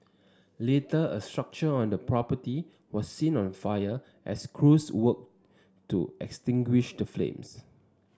later a structure on the property was seen on fire as crews worked to extinguish the flames